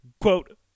quote